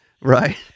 Right